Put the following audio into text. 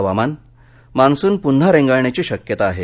हवामान् मान्सून पुन्हा रेंगाळण्याची शक्यता आहे